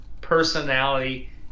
personality